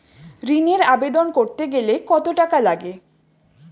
ঋণের আবেদন করতে গেলে কত টাকা লাগে?